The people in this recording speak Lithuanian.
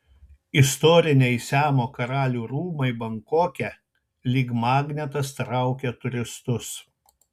istoriniai siamo karalių rūmai bankoke lyg magnetas traukia turistus